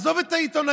עזוב את העיתונאים,